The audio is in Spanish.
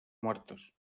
muertos